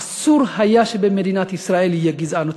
אסור היה שבמדינת ישראל תהיה גזענות.